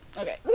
Okay